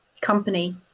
company